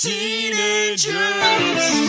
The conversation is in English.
Teenagers